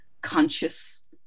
conscious